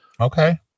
Okay